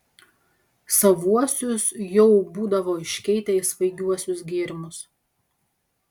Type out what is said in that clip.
savuosius jau būdavo iškeitę į svaigiuosius gėrimus